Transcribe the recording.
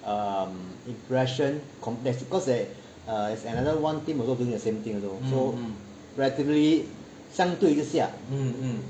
um impression con~ cause there cause there is another one team also doing the same thing also so relatively 相对下